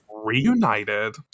reunited